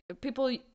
people